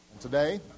Today